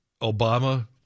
Obama